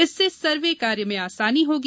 इससे सर्वे कार्य में आसानी होगी